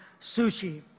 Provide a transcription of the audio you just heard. sushi